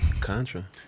Contra